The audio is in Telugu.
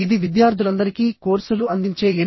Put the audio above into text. ఇది విద్యార్థులందరికీ కోర్సులు అందించే ఎన్